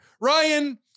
Ryan